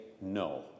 no